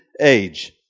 Age